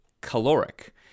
caloric